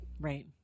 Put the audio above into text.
Right